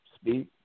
speak